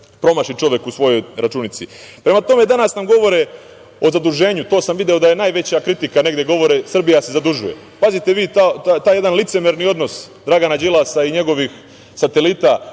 promaši čovek u svojoj računici. Prema tome, danas nam govore o zaduženju. To sam video da je najveća kritika, negde govore Srbija se zadužuje. Pazite vi taj jedan licemerni odnos Dragana Đilasa i njegovih satelita